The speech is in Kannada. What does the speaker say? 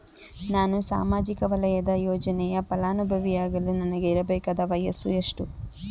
ನಾನು ಸಾಮಾಜಿಕ ವಲಯದ ಯೋಜನೆಯ ಫಲಾನುಭವಿಯಾಗಲು ನನಗೆ ಇರಬೇಕಾದ ವಯಸ್ಸುಎಷ್ಟು?